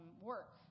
work